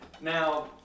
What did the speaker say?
Now